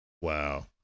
Wow